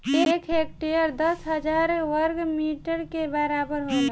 एक हेक्टेयर दस हजार वर्ग मीटर के बराबर होला